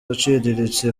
aciriritse